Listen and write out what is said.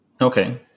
Okay